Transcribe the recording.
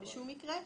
בשום מקרה?